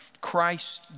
Christ